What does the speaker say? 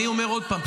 אני אומר עוד פעם,